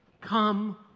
Come